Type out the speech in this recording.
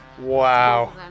Wow